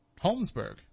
Holmesburg